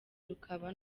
rukaba